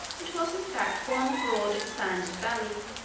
it was, in fact, one broad expanded valley,